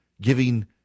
giving